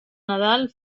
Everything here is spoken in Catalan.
nadal